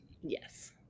yes